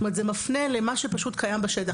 זאת אומרת, זה מפנה למה שפשוט קיים בשטח.